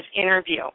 interview